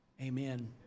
amen